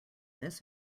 this